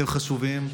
אתם חשובים.